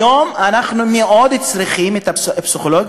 היום אנחנו מאוד צריכים את הפסיכולוגים